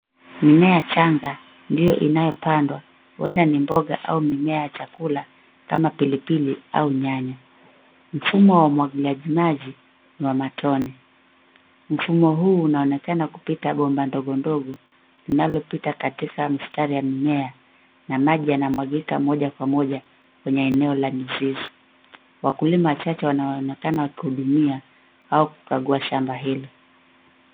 Mimea changa ndiyo inayopandwa. Huenda ni mboga au mimea ya chakula kama pilipili au nyanya. Mfumo wa umwagiliaji maji ni wa matone. Mfumo huu unaonekana kupita bomba ndogo ndogo, linalopita katika mistari ya mimea na maji yanamwagika moja kwa moja kwenye eneo la mzizi. Wakulima wachache wanaonekana wakihudumia au kukagua shamba hilo.